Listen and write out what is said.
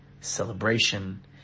celebration